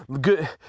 Good